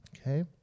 Okay